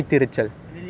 why you never tell me